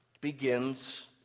begins